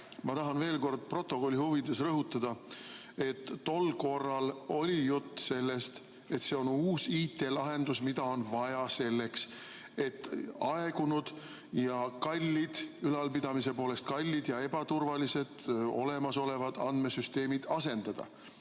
Ma tahan veel kord protokolli huvides rõhutada, et tol korral oli jutt sellest, et see on uus IT‑lahendus, mida on vaja selleks, et aegunud ja ülalpidamise poolest kallid ja ebaturvalised olemasolevad andmesüsteemid asendada.